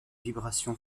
vibrations